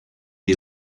you